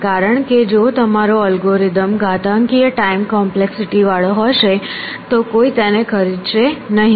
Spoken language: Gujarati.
કારણ કે જો તમારો અલ્ગોરિધમ ઘાતાંકીય ટાઈમ કોમ્પ્લેક્સિટી વાળો હશે તો કોઈ તેને ખરીદશે નહીં